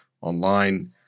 online